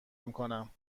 میکنم